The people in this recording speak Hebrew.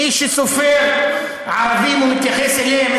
--- מי שסופר ערבים ומתייחס אליהם,